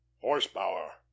horsepower